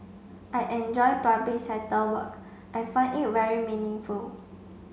I enjoy public sector work I find it very meaningful